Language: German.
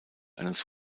eines